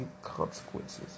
consequences